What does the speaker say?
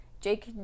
jake